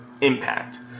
impact